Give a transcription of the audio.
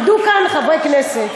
עמדו כאן חברי כנסת,